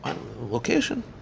Location